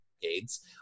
decades